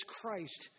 Christ